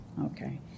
Okay